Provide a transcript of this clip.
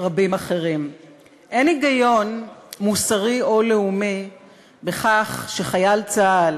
אין היגיון מוסרי או לאומי בכך שחייל צה"ל